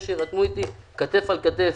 אני מצפה שיירתמו כתף אל כתף.